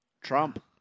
Trump